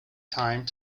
time